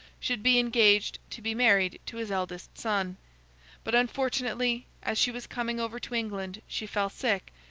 should be engaged to be married to his eldest son but, unfortunately, as she was coming over to england she fell sick,